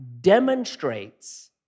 demonstrates